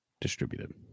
distributed